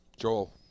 Joel